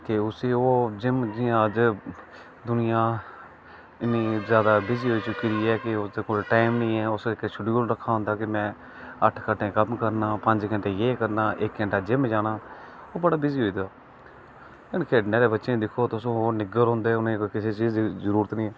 के उसी ओह् जिम जि'यां अज्ज दुनिया इन्नी ज्यादा बिजी होई चुकी दी ऐ ओहदे कोल टाइम नेईं ऐ उस इक शड्यूल रक्खे दा होंदा है कि में अट्ठ घंटे कम करना पंज घंटे एह् करना इक घंटा जिम जाना ओह् बड़ा बिजी होई दा कन्नै खेढने आहले बच्चे गी दिक्खो तुस ओह् निग्गर होंदे उंनेंगी किसे चीज दी जरुरत नेईं ऐ